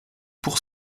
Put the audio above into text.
pour